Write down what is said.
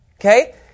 Okay